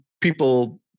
people